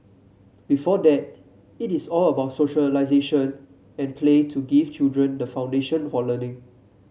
before that it is all about socialisation and play to give children the foundation for learning